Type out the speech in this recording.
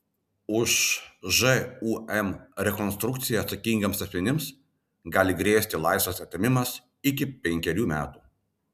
už žūm rekonstrukciją atsakingiems asmenims gali grėsti laisvės atėmimas iki penkerių metų